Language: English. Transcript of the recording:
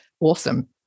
awesome